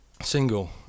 single